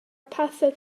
parsel